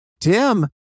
Tim